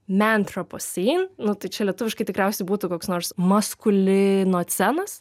mentroposyn nu tai čia lietuviškai tikriausiai būtų koks nors maskulinocenas